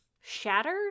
shattered